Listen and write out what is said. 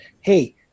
Hey